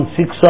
six